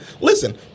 Listen